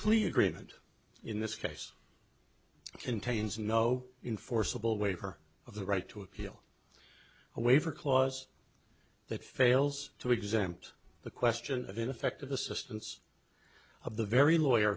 plea agreement in this case it contains no in forcible way her of the right to appeal a waiver clause that fails to exempt the question of ineffective assistance of the very lawyer